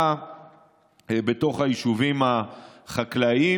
וההרתעה בתוך היישובים החקלאיים.